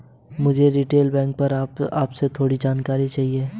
मुझे retail banking पर आपसे थोड़ी जानकारी चाहिए